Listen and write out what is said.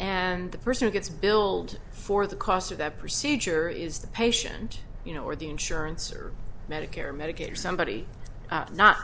and the person who gets billed for the cost of that procedure is the patient you know or the insurance or medicare or medicaid or somebody not